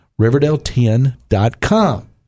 Riverdale10.com